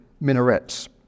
minarets